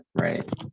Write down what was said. right